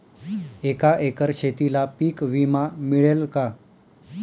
एका एकर शेतीला पीक विमा मिळेल का?